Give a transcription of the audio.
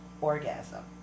orgasm